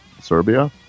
Serbia